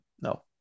No